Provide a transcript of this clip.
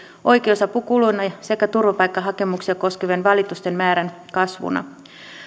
oikeusapukuluina sekä turvapaikkahakemuksia koskevien valitusten määrän kasvuna